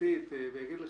המשפטית ואגיד לך,